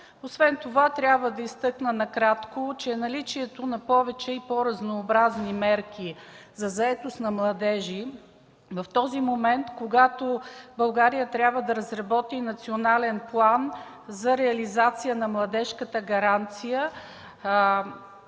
Накратко трябва да изтъкна, че наличието на повече и по-разнообразни мерки за заетост на младежите в момент, когато България трябва да разработи Национален план за реализация на младежката гаранция